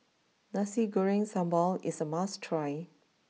Nasi Goreng Sambal is a must try